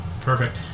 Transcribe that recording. perfect